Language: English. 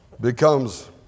becomes